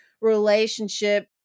relationship